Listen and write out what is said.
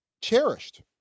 cherished